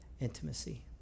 intimacy